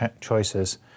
choices